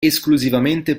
esclusivamente